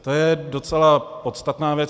To je docela podstatná věc.